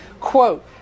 quote